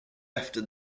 after